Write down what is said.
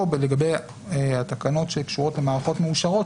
לגבי התקנות שקשורות למערכות מאושרות,